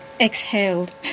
exhaled